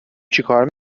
چیکار